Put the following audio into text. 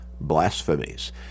blasphemies